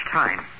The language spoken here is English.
time